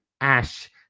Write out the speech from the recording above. ash